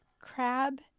crab